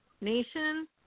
Nation